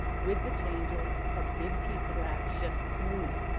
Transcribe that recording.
with the changes a big piece of that shifts to meany.